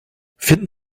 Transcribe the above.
finden